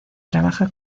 trabaja